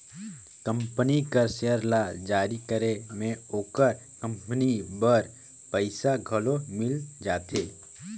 company कर share ल जारी करे में ओकर कंपनी बर पइसा घलो मिल जाथे